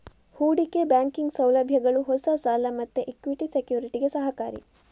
ಹೂಡಿಕೆ ಬ್ಯಾಂಕಿಂಗ್ ಸೌಲಭ್ಯಗಳು ಹೊಸ ಸಾಲ ಮತ್ತೆ ಇಕ್ವಿಟಿ ಸೆಕ್ಯುರಿಟಿಗೆ ಸಹಕಾರಿ